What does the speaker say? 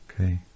Okay